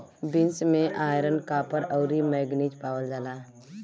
beans में iron, copper, अउरी manganese पावल जाला